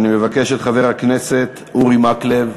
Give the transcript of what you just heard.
אני מבקש את חבר הכנסת אורי מקלב,